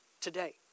today